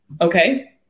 Okay